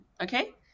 okay